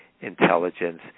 intelligence